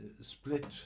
split